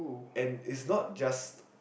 and is not just